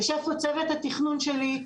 יושב פה צוות התכנון שלי,